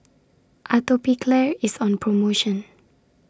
Atopiclair IS on promotion